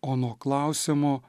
o nuo klausimo